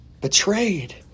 Betrayed